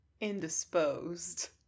indisposed